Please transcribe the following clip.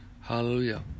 Hallelujah